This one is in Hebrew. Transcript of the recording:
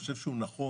אני חושב שהוא נכון,